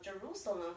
Jerusalem